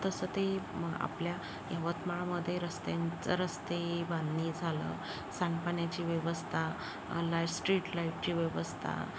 तसं ते आपल्या यवतमाळमध्ये रस्त्यां रस्ते बांधणी झालं सांडपाण्याची व्यवस्था लाय स्ट्रीटलाईटची व्यवस्था